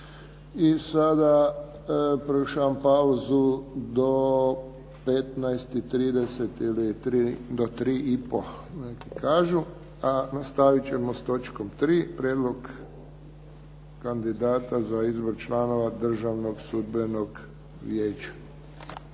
I sada proglašavam pauzu do 15,30 ili do tri i pol neki kažu, a nastavit ćemo s točkom 3. Prijedlog kandidata za izbor članova Državnog sudbenog vijeća.